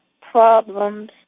problems